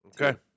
Okay